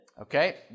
Okay